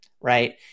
Right